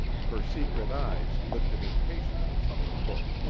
her secret eyes lifted impatiently from the book